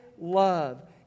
love